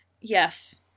Yes